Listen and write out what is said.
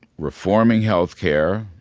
reforming health care,